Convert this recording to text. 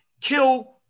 kill